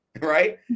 right